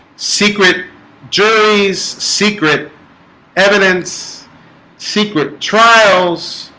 secret juries secret evidence secret trials